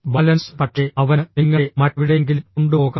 balance പക്ഷേ അവന് നിങ്ങളെ മറ്റെവിടെയെങ്കിലും കൊണ്ടുപോകാം